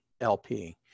LP